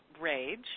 rage